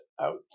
out